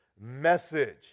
message